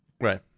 Right